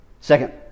second